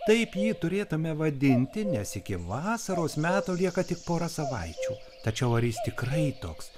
taip jį turėtume vadinti nes iki vasaros meto lieka tik pora savaičių tačiau ar jis tikrai toks